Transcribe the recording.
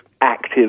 active